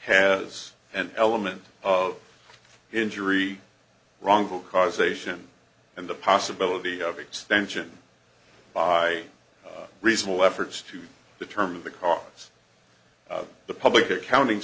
has an element of injury wrongful causation and the possibility of extension by reasonable efforts to determine the cause the public accounting